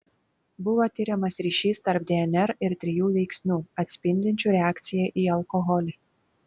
buvo tiriamas ryšys tarp dnr ir trijų veiksnių atspindinčių reakciją į alkoholį